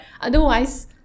otherwise